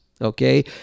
Okay